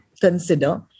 consider